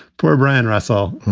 poor brian russell,